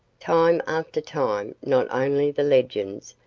time after time, not only the legends,